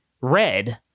red